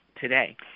today